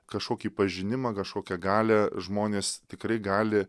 kažkokį pažinimą kažkokią galią žmonės tikrai gali